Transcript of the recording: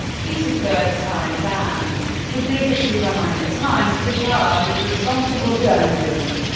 petersburg times and the bigotry behind the times facade of responsible journalism.